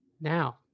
now